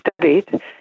studied